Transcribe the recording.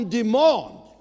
demand